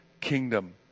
kingdom